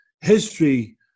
history